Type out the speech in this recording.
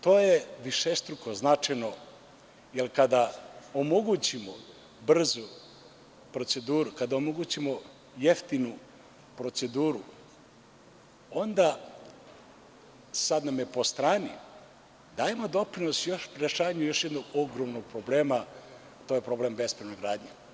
To je višestruko značajno jer kada omogućimo brzu proceduru, kada omogućimo jeftinu proceduru onda, sad nam je po strani, dajemo doprinos rešavanju još jednog ogromnog problema, a to je problem bespravne gradnje.